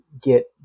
get